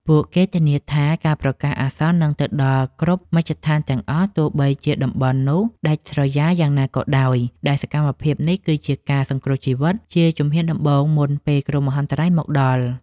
ពួកគេធានាថាការប្រកាសអាសន្ននឹងទៅដល់គ្រប់មជ្ឈដ្ឋានទាំងអស់ ទោះបីជាតំបន់នោះដាច់ស្រយាលយ៉ាងណាក៏ដោយ ដែលសកម្មភាពនេះគឺជាការសង្គ្រោះជីវិតជាជំហានដំបូងមុនពេលគ្រោះមហន្តរាយមកដល់។